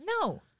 No